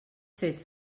fets